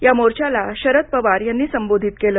या मोर्चाला शरद पवार यांनी संबोधित केलं